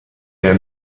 der